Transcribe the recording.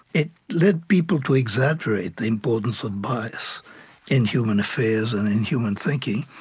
it led people to exaggerate the importance of bias in human affairs and in human thinking,